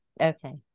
Okay